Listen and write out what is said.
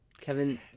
Kevin